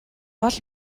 бол